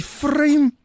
frame